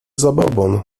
zabobon